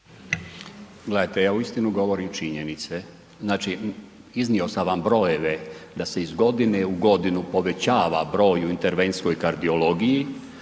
Gledajte ja uistinu govorim činjenice. Znači iznio sam vam brojeve da se iz godine u godinu povećava broj u interventskoj kardiologiji,